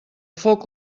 foc